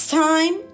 time